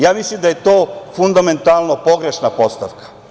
Ja mislim da je to fundamentalno pogrešna postavka.